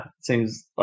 seems